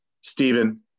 Stephen